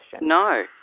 No